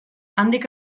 handik